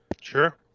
Sure